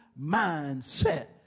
mindset